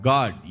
God